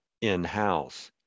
in-house